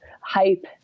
hype